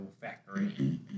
factory